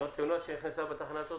זו תאונה שנכנסו בתחנת אוטובוס.